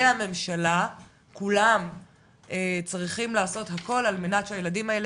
הממשלה כולם צריכים לעשות הכול על מנת שהילדים האלה